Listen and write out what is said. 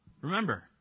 Remember